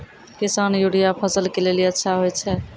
किसान यूरिया फसल के लेली अच्छा होय छै?